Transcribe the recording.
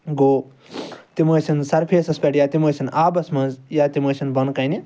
گوٚو تِم ٲسٕنۍ سرفیسَس پیٚٹھ یا تِم ٲسٕنۍ آبَس مَنٛز یا تِم ٲسٕنۍ بوٚنہ کَنہ